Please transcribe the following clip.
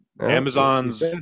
amazon's